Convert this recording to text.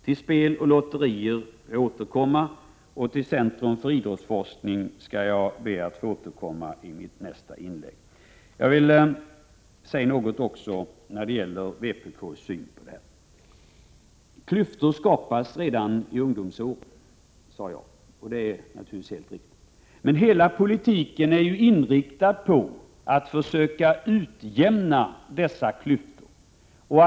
Till spel och lotterier får jag återkomma, och frågan om centrum för idrottsforskning skall jag be att få beröra i mitt nästa inlägg. Jag vill dock något kommentera vpk:s syn. Klyftor skapas redan i ungdomsåren, sade jag, och det är helt riktigt. Men hela vår politik är inriktad på att söka utjämna dessa klyftor.